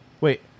Wait